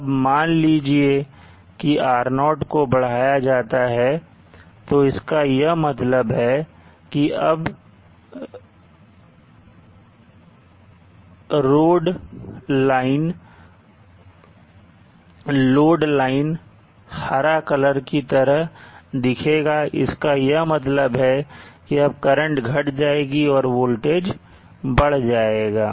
अब मान लीजिए कि R0 को बढ़ाया जाता है तो इसका यह मतलब है कि अब रोड लाइन हरा कलर की तरह दिखेगा इसका यह मतलब है कि अब करंट घट जाएगी और वोल्टेज बढ़ जाएगा